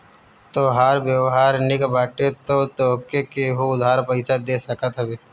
तोहार व्यवहार निक बाटे तअ तोहके केहु उधार पईसा दे सकत हवे